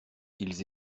ils